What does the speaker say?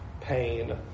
pain